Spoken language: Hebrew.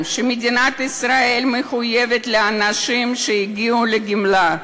שמדינת ישראל מחויבת לאנשים שהגיעו לגמלאות.